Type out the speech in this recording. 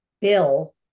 bill